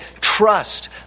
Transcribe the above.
trust